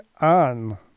on